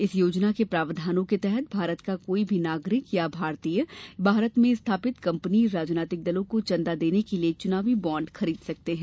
इस योजना के प्रावधानों के तहत भारत का कोई भी नागरिक अथवा भारतीय या भारत में स्थापित कपनी राजनैतिक दलों को चंदा देने के लिए चुनावी बाँड खरीद सकते हैं